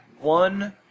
one